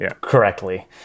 Correctly